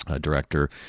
director